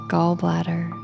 Gallbladder